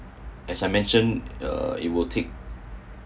as I mention uh it would take